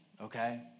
okay